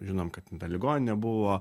žinom kad ten ta ligoninė buvo